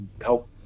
help